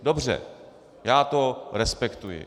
Dobře, já to respektuji.